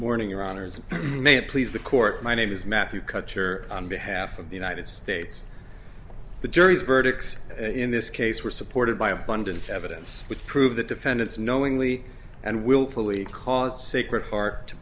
morning your honour's may it please the court my name is matthew kutcher on behalf of the united states the jury's verdict in this case were supported by abundant evidence which prove the defendants knowingly and willfully cause secret heart to